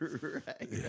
Right